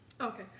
Okay